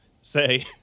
say